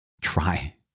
try